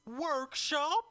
workshop